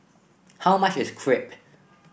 how much is Crepe